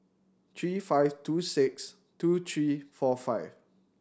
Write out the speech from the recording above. three five two six two three four five